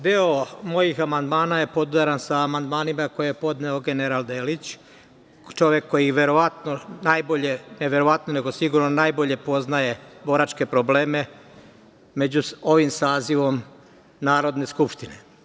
Deo mojih amandmana je podudaran sa amandmanima koje je podneo general Delić, čovek koji verovatno najbolje, ne verovatno, nego sigurno najbolje poznaje boračke probleme među ovim sazivom Narodne skupštine.